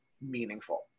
meaningful